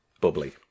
bubbly